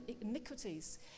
iniquities